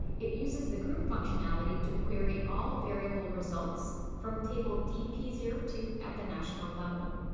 it uses the group functionality to query all variable results from table d p zero two at the national level.